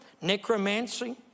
necromancy